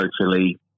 socially